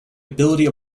ability